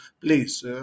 please